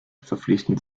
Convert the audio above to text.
verpflichtend